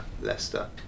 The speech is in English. Leicester